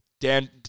Dan